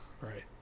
Right